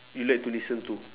you like to listen to